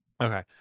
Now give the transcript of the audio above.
okay